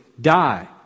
die